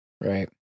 Right